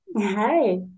Hi